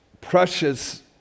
precious